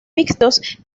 mixtos